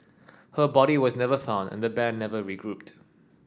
her body was never found and the band never regrouped